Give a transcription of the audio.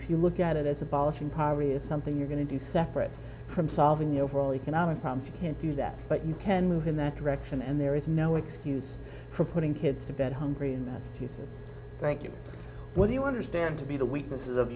if you look at it as abolishing poverty is something you're going to do separate from solving the overall economic problem you can't do that but you can move in that direction and there is no excuse for putting kids to bed hungry and to say thank you what do you understand to be the weaknesses of